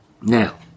Now